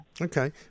Okay